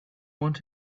want